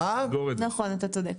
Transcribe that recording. אתה צודק.